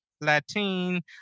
Latin